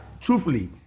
truthfully